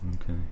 Okay